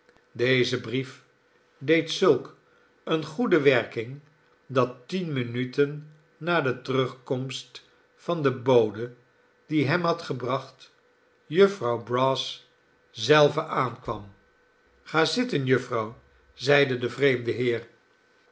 deze brief deed zulk eene goede werking dat tien minuten na de terugkomst van den bode die hem had gebracht jufvrouw brass zelve aankwam ga zitten jufvrouw zeide de vreemde heer